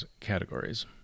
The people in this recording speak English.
categories